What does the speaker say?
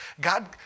God